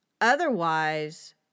Otherwise